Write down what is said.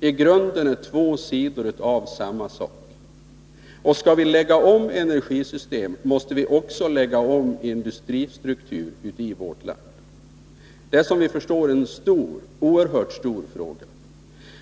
i grunden är två sidor av samma sak. Och om vi skall lägga om energisystem i vårt land, måste vi också lägga om industristruktur. Det är som vi förstår en oerhört stor fråga.